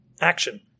action